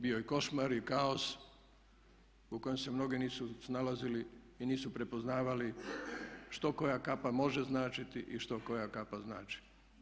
Bio je košmar i kaos u kojem se mnogi nisu snalazili i nisu prepoznavali što koja kapa može značiti i što koja kapa znači.